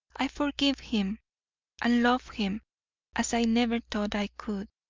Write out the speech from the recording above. i forgive him and love him as i never thought i could.